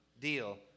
deal